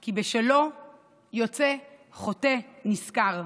כי בשלו יוצא חוטא נשכר,